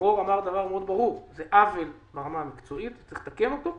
דרור אמר דבר מאוד ברור: זה עוול ברמה המקצועית שצריך לתקן אותו.